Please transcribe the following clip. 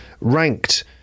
ranked